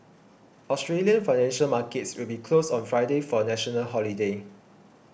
Australian financial markets will be closed on Friday for a national holiday